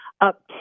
up